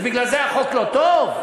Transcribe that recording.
אז בגלל זה החוק לא טוב?